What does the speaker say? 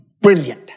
brilliant